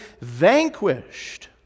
vanquished